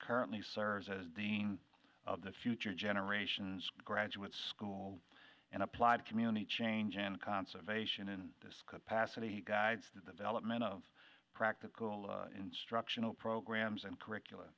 currently serves as the ing of the future generations graduate school and applied community change and conservation in this capacity guides the development of practical instructional programs and curricul